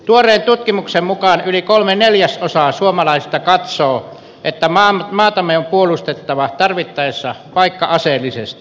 tuoreen tutkimuksen mukaan yli kolme neljäsosaa suomalaisista katsoo että maatamme on puolustettava tarvittaessa vaikka aseellisesti